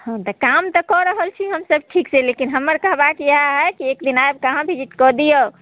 हँ तऽ काम तऽ कऽ रहल छी हमसब ठीकसँ लेकिन हमर कहबाक इएह अछि कि एक दिन आबिके अहाँ विजिट कऽ दिऔ